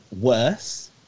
worse